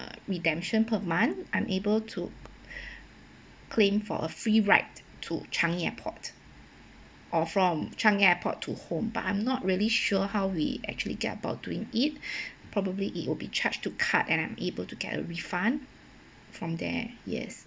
redemption per month I'm able to claim for a free ride to changi airport or from changi airport to home but I'm not really sure how we actually get about doing it probably it will be charged to card and I'm able to get a refund from there yes